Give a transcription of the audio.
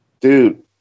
Dude